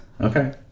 Okay